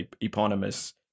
eponymous